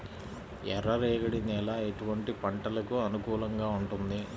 ఎర్ర రేగడి నేల ఎటువంటి పంటలకు అనుకూలంగా ఉంటుంది?